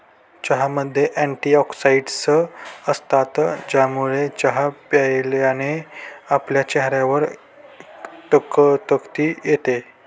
चहामध्ये अँटीऑक्सिडन्टस असतात, ज्यामुळे चहा प्यायल्याने आपल्या चेहऱ्यावर तकतकी येते